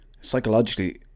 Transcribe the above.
Psychologically